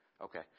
Okay